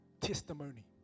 testimony